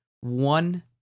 one